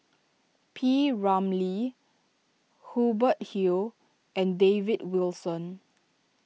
P Ramlee Hubert Hill and David Wilson